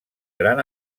gran